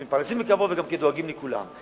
שהם מתפרנסים בכבוד וגם כן דואגים לכולם.